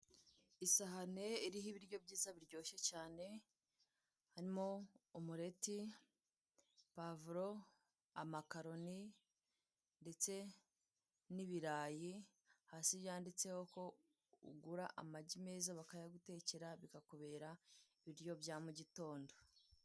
Ishahane iriho ibiryo byiza biryoshye cyane, harimo umureti, pavuro, amakaroni ndetse n'ibirayi, hasi byanditseho ko ugura amagi meza bakayagutekera, bikakubera ibiryo bya mugitondo.